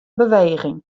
beweging